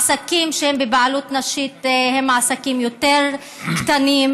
העסקים שהם בבעלות נשית הם עסקים יותר קטנים,